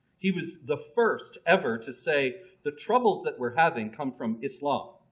he was the first ever to say the troubles that were having come from islam